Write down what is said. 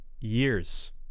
years